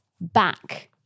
back